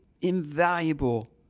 invaluable